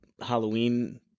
Halloween